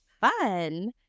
fun